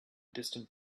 distant